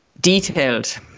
detailed